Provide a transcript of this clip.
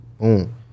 Boom